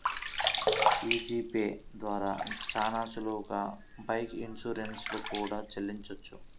యీ G pay ద్వారా చానా సులువుగా బైక్ ఇన్సూరెన్స్ లు కూడా చెల్లించొచ్చు